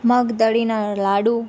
મગદડીના લાડુ